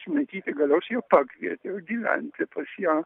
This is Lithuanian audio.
simonaitytė galiausiai ją pakvietė gyventi pas ją